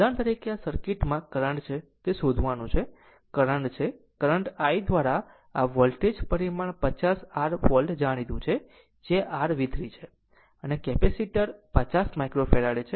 ઉદાહરણ તરીકે આ સર્કિટમાં કરંટ છે તે શોધવાનું છે આ કરંટ છે સર્કિટ I દ્વારા આ વોલ્ટેજ પરિમાણ 55 r વોલ્ટ જાણીતું છે જે r V3 છે અને કેપેસિટર 50 માઇક્રો ફેરાડે છે